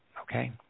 Okay